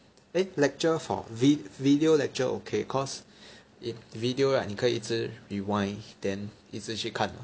eh lecture for video lecture okay cause if video right 你可以一直 rewind then 一直去看